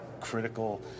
critical